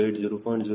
08 0